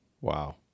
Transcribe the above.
Wow